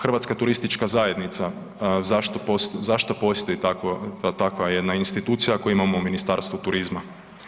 Hrvatska turistička zajednica, zašto postoji takva jedna institucija ako imamo Ministarstvo turizma?